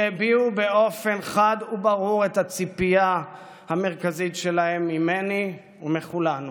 שהביעו באופן חד וברור את הציפייה המרכזית שלהם ממני ומכולנו: